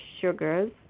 sugars